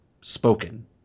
spoken